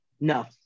No